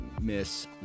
Miss